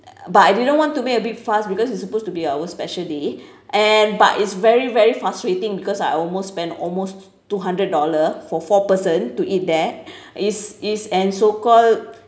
but I didn't want to make a big fuss because it's supposed to be our special day and but it's very very frustrating because I almost spent almost two hundred dollar for four person to eat there is is and so called